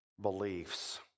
beliefs